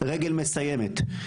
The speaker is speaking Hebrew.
"רגל מסיימת",